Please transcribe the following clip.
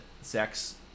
sex